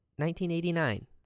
1989